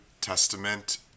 Testament